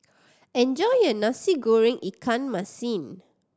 enjoy your Nasi Goreng ikan masin